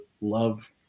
love